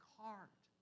heart